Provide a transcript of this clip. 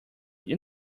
you